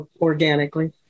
organically